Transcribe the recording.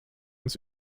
uns